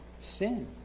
sin